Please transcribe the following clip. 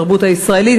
התרבות הישראלית,